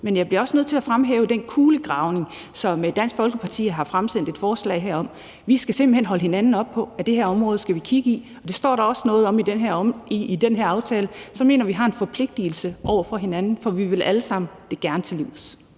Men jeg bliver også nødt til at fremhæve den kulegravning, som Dansk Folkeparti har fremsendt et forslag om. Vi skal simpelt hen holde hinanden op på, at det her område skal vi kigge på, og det står der også noget om i den her aftale. Så jeg mener, vi har en forpligtigelse over for hinanden, for vi vil det alle sammen gerne til livs.